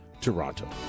Toronto